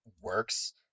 works